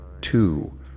two